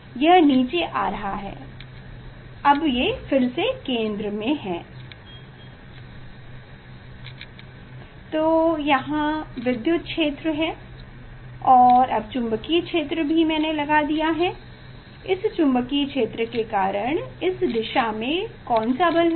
यह नीचे आ रहा है अब यह केंद्र में है तो यहाँ विद्युत क्षेत्र है और अब चुंबकीय क्षेत्र भी मैंने लगा दिया है इस चुंबकीय क्षेत्र के कारण इस दिशा में कौन सा बल होगा